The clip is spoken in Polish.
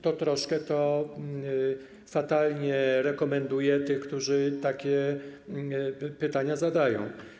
Troszkę fatalnie to rekomenduje tych, którzy takie pytania zadają.